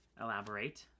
elaborate